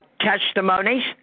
testimonies